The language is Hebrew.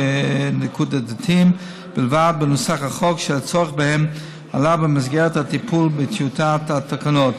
נקודתיים בלבד בנוסח החוק שהצורך בהם עלה במסגרתה הטיפול בטיוטת התקנות.